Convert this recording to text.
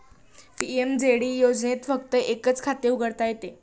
PMJD योजनेत फक्त एकच खाते उघडता येते